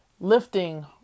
lifting